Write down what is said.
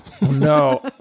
No